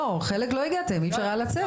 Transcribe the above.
לא, חלק לא הגעתם, אי אפשר היה לצאת.